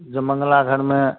जमंगला घर में